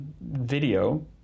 video